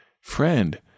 Friend